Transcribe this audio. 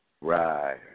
Right